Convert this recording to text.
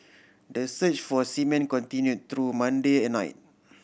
the search for seamen continue through Monday at night